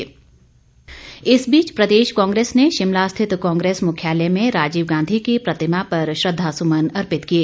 श्रद्दांजलि इस बीच प्रदेश कांग्रेस ने शिमला स्थित कांग्रेस मुख्यालय में राजीव गांधी की प्रतिमा पर श्रद्वा सुमन अर्पित किए